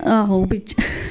आहो बिच